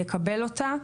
יקבל אותה.